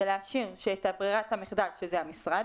שלהשאיר שאת ברירת המחדל שזה המשרד,